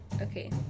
Okay